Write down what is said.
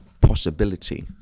possibility